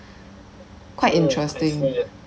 quite interesting